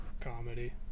Comedy